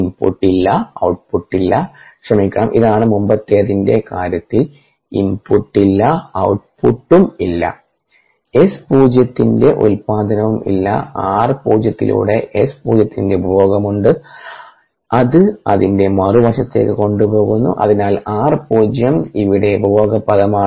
input ഇല്ല output ഇല്ല ക്ഷമിക്കണം ഇതാണ് മുമ്പത്തേതിന്റെ കാര്യത്തിൽ ഇൻപുട്ട് ഇല്ല ഔട്ട്പുട്ട്ടും ഇല്ല എസ് പൂജ്യത്തിന്റെ ഉൽപാദനവും ഇല്ല r പൂജ്യത്തിലൂടെ S പൂജ്യത്തിന്റെ ഉപഭോഗമുണ്ട് അത് അതിനെ മറുവശത്തേക്ക് കൊണ്ടുപോകുന്നു അതിനാൽ r പൂജ്യം ഇവിടെ ഉപഭോഗ പദമാണ്